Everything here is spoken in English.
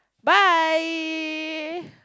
bye